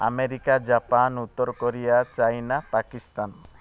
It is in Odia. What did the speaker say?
ଆମେରିକା ଜାପାନ ଉତ୍ତର କୋରିଆ ଚାଇନା ପାକିସ୍ତାନ